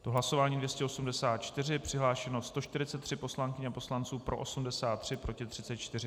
Je to hlasování 284, přihlášeno 143 poslankyň a poslanců, pro 83, proti 34.